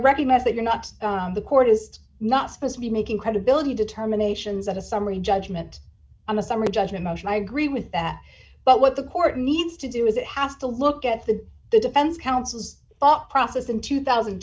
recognize that you're not on the court is not supposed to be making credibility determinations at a summary judgment on a summary judgment motion i agree with that but what the court needs to do is it has to look at the the defense counsel's thought process in two thousand